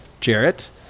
Jarrett